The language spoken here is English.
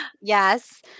yes